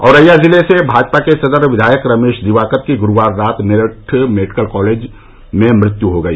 औरैया जिले से भाजपा के सदर विधायक रमेश दिवाकर की गुरुवार रात मेरठ मेडिकल कॉलेज में मृत्यु हो गई